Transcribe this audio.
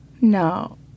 No